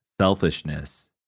selfishness